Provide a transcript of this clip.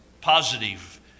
positive